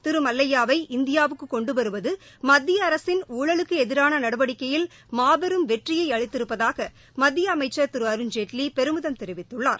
திரு மல்லையாவை இந்தியாவுக்கு கொண்டு வருவது மத்திய அரசின் ஊழலுக்கு எதிரான நடவடிக்கையில் மாபெரும் வெற்றியை அளித்திருப்பதாக மத்திய அமைச்ச் திரு அருண்ஜேட்லி பெருமிதம் தெரிவித்துள்ளார்